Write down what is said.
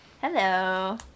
Hello